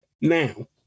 now